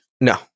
No